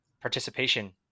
participation